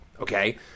okay